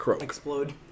explode